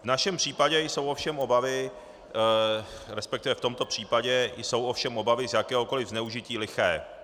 V našem případě jsou ovšem obavy, resp. v tomto případě jsou ovšem obavy z jakéhokoli zneužití liché.